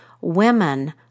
women